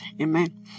Amen